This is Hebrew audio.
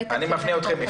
אני מפנה אתכם,